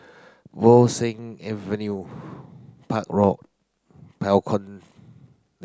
Bo Seng Avenue Park Road